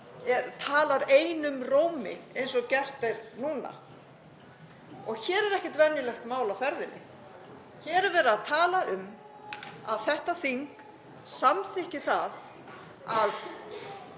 talar einum rómi eins og gert er núna. Hér er ekkert venjulegt mál á ferðinni. Hér er verið að tala um að þetta þing samþykki það að